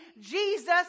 Jesus